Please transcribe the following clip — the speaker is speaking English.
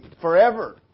forever